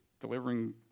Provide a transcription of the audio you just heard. delivering